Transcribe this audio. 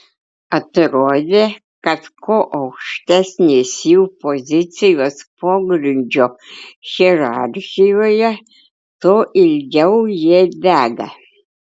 atrodė kad kuo aukštesnės jų pozicijos pogrindžio hierarchijoje tuo ilgiau jie dega